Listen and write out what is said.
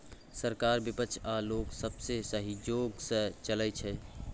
सरकार बिपक्ष आ लोक सबके सहजोग सँ चलइ छै